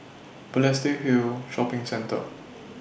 Balestier Hill Shopping Centre